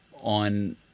on